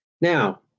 Now